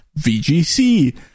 VGC